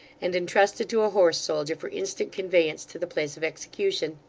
and entrusted to a horse-soldier for instant conveyance to the place of execution.